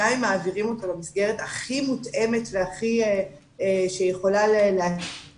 גם אם מעבירים אותו למסגרת הכי מותאמת והכי שיכולה להתאים